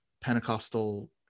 Pentecostal